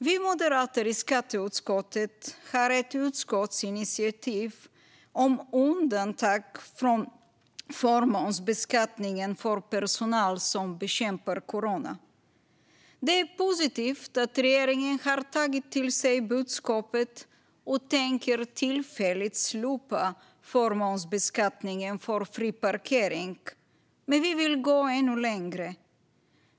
Vi moderater i skatteutskottet har ett utskottsinitiativ om undantag från förmånsbeskattningen för personal som bekämpar corona. Det är positivt att regeringen har tagit till sig budskapet och tillfälligt tänker slopa förmånsbeskattningen när det gäller fri parkering, men vi vill gå ännu längre.